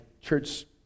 church